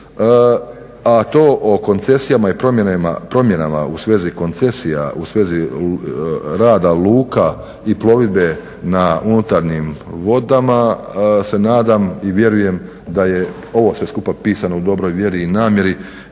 a to o koncesijama i promjenama u svezi koncesija u svezi rada luka i plovidbe na unutarnjim vodama se nadam i vjerujem da je ovo sve skupa pisano u dobroj vjeri i namjeri